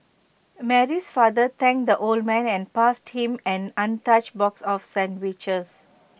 Mary's father thanked the old man and passed him an untouched box of sandwiches